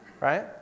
right